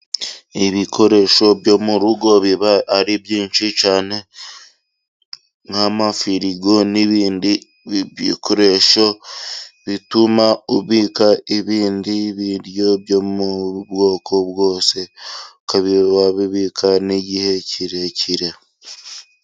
Ibikoresho byo mu rugo biba ari byinshi cyane, nk' amafirigo n'ibindi bikoresho bituma ubika ibindi biryo byo mu bwoko bwose, ukaba wabibika n'igihe kirekire.